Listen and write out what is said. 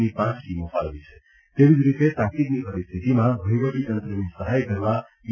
ની પાંચ ટીમો ફાળવી છે તેવી જ રીતે તાકીદની પરિસ્થિતિમાં વહિવટીતંત્રની સહાય કરવા બી